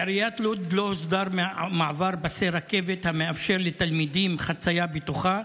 בעיריית לוד לא הוסדר מעבר פסי רכבת המאפשר לתלמידים חצייה בטוחה.